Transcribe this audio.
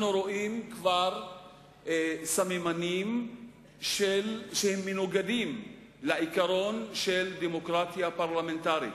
רואים כבר סממנים שהם מנוגדים לעיקרון של דמוקרטיה פרלמנטרית.